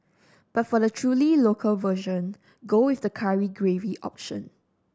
but for the truly local version go with the curry gravy option